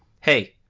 hey